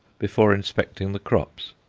before inspecting the crops.